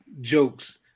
jokes